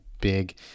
big